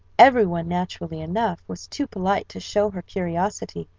every one, naturally enough, was too polite to show her curiosity,